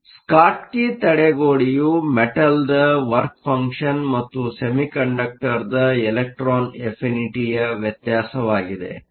Schottky ತಡೆಗೋಡೆಯು ಮೆಟಲ್Metalನ work ಫಂಕ್ಷನ್Work Function ಮತ್ತು ಸೆಮಿಕಂಡಕ್ಟರ್ನ ಇಲೆಕ್ಟ್ರಾನ್ ಅಫಿನಿಟಿಯ ವ್ಯತ್ಯಾಸವಾಗಿದೆ